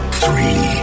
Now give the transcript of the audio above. three